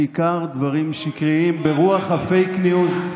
בעיקר דברים שקריים ברוח הפייק ניוז,